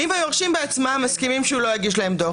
אבל אם היורשים בעצמם מסכימים שהוא לא יגיש להם את הדו"ח,